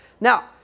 Now